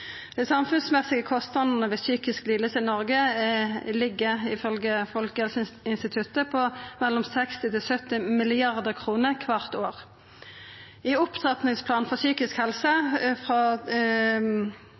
Dei samfunnsmessige kostnadene ved psykiske lidingar i Noreg ligg, ifølgje Folkehelseinstituttet, på mellom 60 mrd. kr og 70 mrd. kr kvart år. Opptrappingsplanen for psykisk